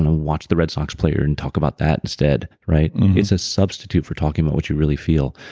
and and watch the red sox's player and talk about that instead, right? it's a substitute for talking about what you really feel,